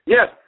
Yes